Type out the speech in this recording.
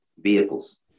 vehicles